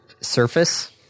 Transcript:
surface